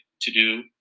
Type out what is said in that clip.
to-do